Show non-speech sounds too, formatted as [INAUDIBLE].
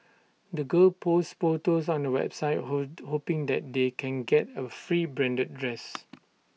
the girls posts photos on the website [UNINTELLIGIBLE] hoping that they can get A free branded dress